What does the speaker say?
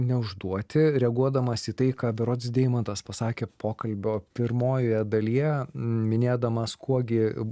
neužduoti reaguodamas į tai ką berods deimantas pasakė pokalbio pirmojoje dalyje minėdamas kuo gi